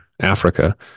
Africa